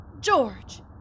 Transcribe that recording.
George